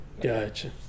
Gotcha